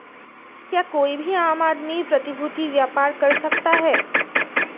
क्या कोई भी आम आदमी प्रतिभूती व्यापार कर सकता है?